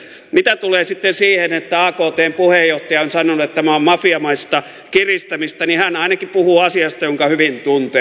mitä tulee sitten siihen että aktn puheenjohtaja on sanonut että tämä on mafiamaista kiristämistä niin hän ainakin puhuu asiasta jonka hyvin tuntee